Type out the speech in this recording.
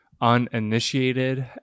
uninitiated